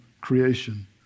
creation